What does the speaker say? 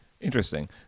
Interesting